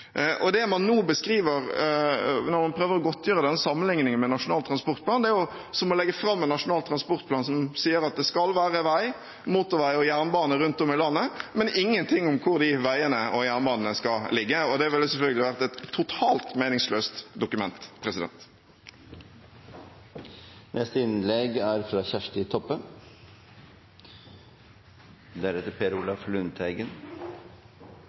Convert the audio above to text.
mener. Det man nå beskriver, når man prøver å godtgjøre den sammenligningen med Nasjonal transportplan, er som å legge fram en nasjonal transportplan som sier at det skal være vei, motorvei og jernbane rundt om i landet, men som ikke sier noe om hvor de veiene og jernbanene skal ligge. Det hadde selvfølgelig vært et totalt meningsløst dokument. Det som er